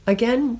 Again